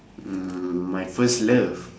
mm my first love